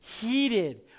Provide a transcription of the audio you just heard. heated